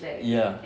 ya